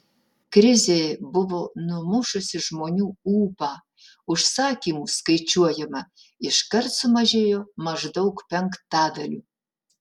krizė buvo numušusi žmonių ūpą užsakymų skaičiuojama iškart sumažėjo maždaug penktadaliu